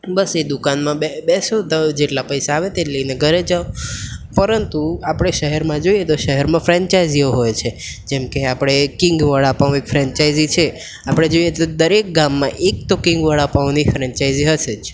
બસ એ દુકાનમાં બેસો તો જેટલા પૈસા આવે તે લઈને ઘરે જાઓ પરંતુ આપણે શહેરમાં જોઈએ તો શહેરમાં ફ્રેન્ચાઈઝીઓ હોય છે જેમકે આપણે કિંગ વડાપાઉં એક ફ્રેન્ચાઇઝી છે આપણે જોઈએ તો દરેક ગામમાં એક તો કિંગ વડાપાઉંની ફ્રેન્ચાઇઝી હશે જ